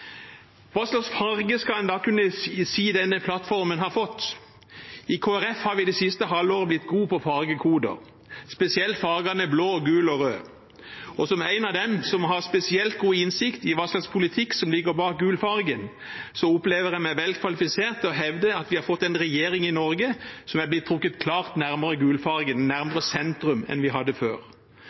Hva slags farge skal en da kunne si at denne plattformen har fått? I Kristelig Folkeparti har vi det siste halvåret blitt gode på fargekoder, spesielt fargene blå, gul og rød. Og som en av dem som har spesielt god innsikt i hva slags politikk som ligger bak gulfargen, opplever jeg meg som vel kvalifisert til å hevde at vi har fått en regjering i Norge som er blitt trukket klart nærmere gulfargen, nærmere sentrum, enn vi hadde før.